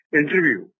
interview